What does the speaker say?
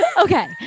Okay